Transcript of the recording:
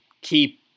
keep